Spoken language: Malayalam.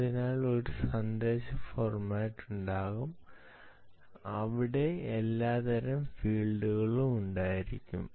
അതിനാൽ ഒരു സന്ദേശ ഫോർമാറ്റ് ഉണ്ടാകും അവിടെ എല്ലാത്തരം ഫീൽഡുകളും ഉണ്ടായിരിക്കും